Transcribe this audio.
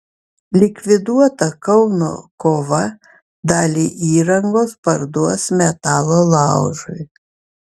likviduota kauno kova dalį įrangos parduos metalo laužui